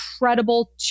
incredible